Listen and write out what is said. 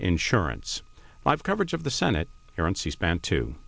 insurance live coverage of the senate here on c span to